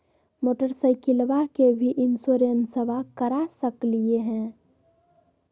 मोटरसाइकिलबा के भी इंसोरेंसबा करा सकलीय है?